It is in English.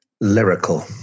Lyrical